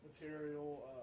material